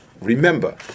Remember